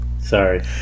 Sorry